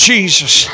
Jesus